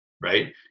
Right